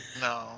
No